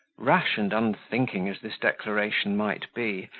rash and unthinking as this declaration might be,